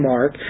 Mark